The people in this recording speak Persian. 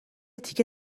تیکه